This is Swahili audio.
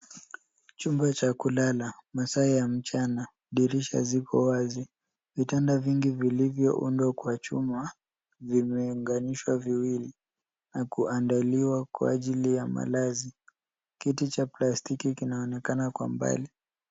Chupa cha kulala, masaa ya mchana, dirisha ziko wazi. Vitanda vingi vilivyoundwa kwa chuma vimeunganishwa viwili na kuandaliwa kwa ajili ya malazi. Kiti cha plastiki kinaonekana kwa mbali.